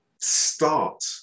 start